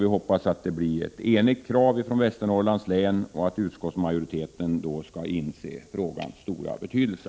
Vi hoppas att det då blir ett enigt krav från Västernorrlands län och att utskottsmajoriteten då skall inse frågans stora betydelse.